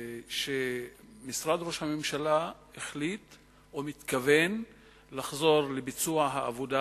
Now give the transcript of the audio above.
שמשרד ראש הממשלה החליט או מתכוון לחזור לביצוע העבודה,